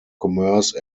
commerce